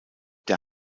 der